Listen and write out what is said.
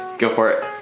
go for it.